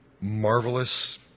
marvelous